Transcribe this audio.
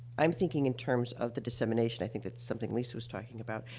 i'm thinking in terms of the dissemination. i think it's something lisa was talking about.